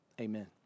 amen